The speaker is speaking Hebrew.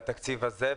לתקציב הזה?